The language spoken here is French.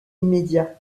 immédiat